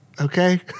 Okay